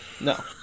No